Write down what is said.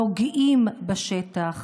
נוגעים בשטח,